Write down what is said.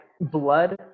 blood